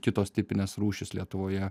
kitos tipinės rūšys lietuvoje